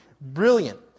Brilliant